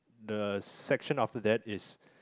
the section after that is